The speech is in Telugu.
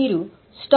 ఏ ఇతర అంశాలు